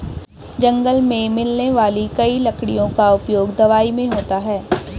जंगल मे मिलने वाली कई लकड़ियों का उपयोग दवाई मे होता है